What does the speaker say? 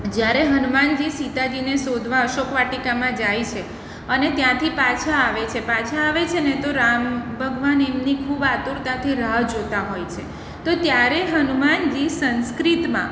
જ્યારે હનુમાનજી સીતાજીને શોધવા અશોકવાટિકામાં જાય છે અને ત્યાંથી પાછા આવે છે પાછા આવે છે ને તો રામ ભગવાન એમની ખૂબ આતુરતાથી રાહ જોતા હોય છે તો ત્યારે હનુમાનજી સંસ્કૃતમાં